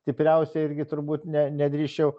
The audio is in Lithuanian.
stipriausia irgi turbūt ne nedrįsčiau